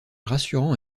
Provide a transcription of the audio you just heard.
rassurant